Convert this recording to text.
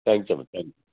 థాంక్సమ్మా thank you